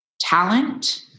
talent